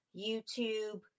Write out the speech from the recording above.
YouTube